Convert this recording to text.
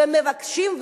ומבקשים,